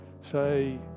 say